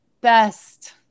best